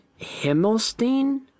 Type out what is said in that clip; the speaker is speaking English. Himmelstein